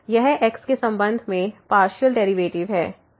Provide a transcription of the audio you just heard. यह x के संबंध में पार्शियल डेरिवेटिव है